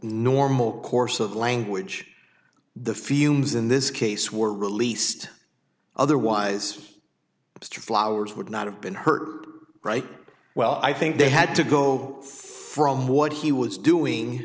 normal course of language the fumes in this case were released otherwise flowers would not have been hurt right well i think they had to go from what he was doing